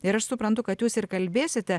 ir aš suprantu kad jūs ir kalbėsite